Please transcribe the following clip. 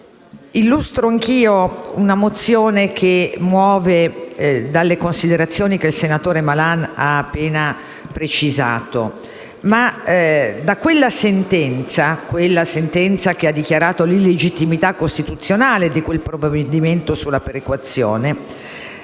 illustro anche io una proposta di mozione che muove dalle considerazioni che il senatore Malan ha appena svolto. Dalla sentenza che ha dichiarato l'illegittimità costituzionale di quel provvedimento sulla perequazione